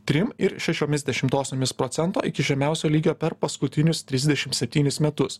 trim ir šešiomis dešimtosiomis procento iki žemiausio lygio per paskutinius trisdešim septynis metus